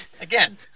Again